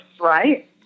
right